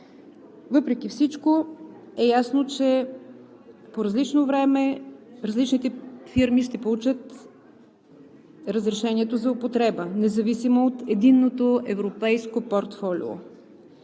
Въпреки всичко е ясно, че по различно време различните фирми ще получат разрешението за употреба, независимо от единното европейско портфолио.